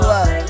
Love